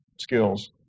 skills